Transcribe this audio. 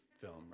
film